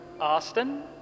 Austin